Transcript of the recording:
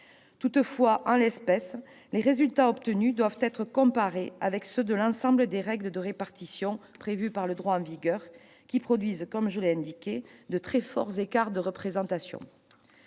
Toutefois, en l'espèce, les résultats obtenus doivent être comparés avec ceux de l'application de l'ensemble des règles de répartition prévues par le droit en vigueur, qui produit, comme je l'ai indiqué, de très forts écarts de représentation.